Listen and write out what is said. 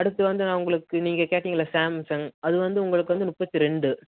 அடுத்து வந்து நான் உங்களுக்கு நீங்கள் கேட்டிங்கள்ல சாம்சங் அது வந்து உங்களுக்கு வந்து முப்பத்தி ரெண்டு